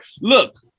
look